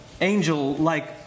angel-like